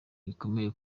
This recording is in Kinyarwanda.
bikomeye